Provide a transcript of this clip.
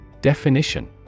Definition